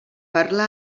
parla